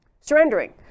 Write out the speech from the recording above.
surrendering